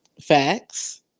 Facts